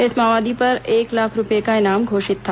इस माओवादी पर एक लाख रूपये का इनाम घोषित था